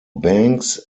banks